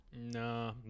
No